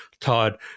Todd